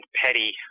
petty